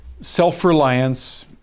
self-reliance